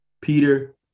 Peter